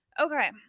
okay